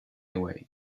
away